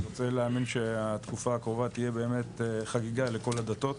אני רוצה להאמין שהתקופה הקרובה תהיה באמת חגיגה לכל הדתות.